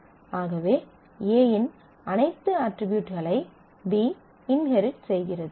ஆகவே A இன் அனைத்து அட்ரிபியூட்களை B இன்ஹெரிட் செய்கிறது